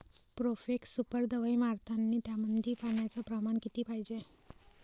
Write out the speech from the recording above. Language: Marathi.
प्रोफेक्स सुपर दवाई मारतानी त्यामंदी पान्याचं प्रमाण किती पायजे?